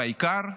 והעיקר,